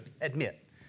admit